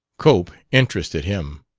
cope interested him.